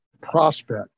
prospect